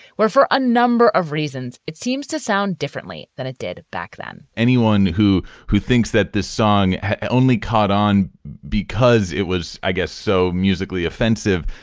where for a number of reasons, it seems to sound differently than it did back then anyone who who thinks that this song only caught on because it was, i guess so musically offensive,